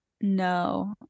no